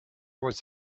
was